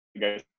guys